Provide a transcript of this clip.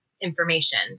information